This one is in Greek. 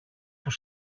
που